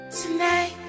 Tonight